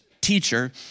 teacher